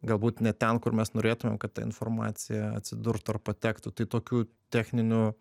galbūt ne ten kur mes norėtume kad ta informacija atsidurtų ar patektų tai tokių techninių